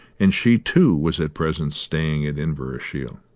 and she, too, was at present staying at inverashiel.